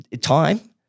time